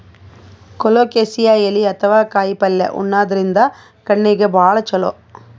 colocasia ಎಲಿ ಅಥವಾ ಕಾಯಿಪಲ್ಯ ಉಣಾದ್ರಿನ್ದ ಕಣ್ಣಿಗ್ ಭಾಳ್ ಛಲೋ